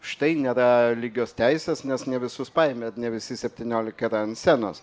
štai nėra lygios teisės nes ne visus paėmė ne visi septyniolika yra ant scenos